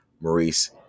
Maurice